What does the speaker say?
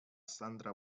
sandra